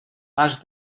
pas